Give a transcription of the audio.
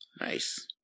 Nice